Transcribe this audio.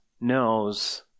knows